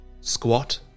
Squat